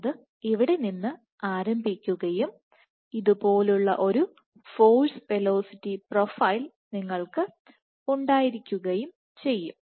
അത് ഇവിടെ നിന്ന് ആരംഭിക്കുകയും ഇതുപോലുള്ള ഒരു ഫോഴ്സ് വെലോസിറ്റി പ്രൊഫൈൽ നിങ്ങൾക്ക് ഉണ്ടായിരിക്കുകയും ചെയ്യും